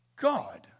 God